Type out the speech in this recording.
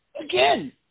Again